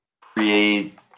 create